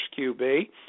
QB